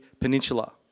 Peninsula